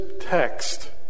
text